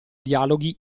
dialoghi